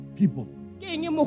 people